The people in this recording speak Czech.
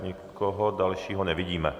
Nikoho dalšího nevidíme.